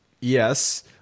Yes